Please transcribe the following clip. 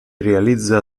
realizza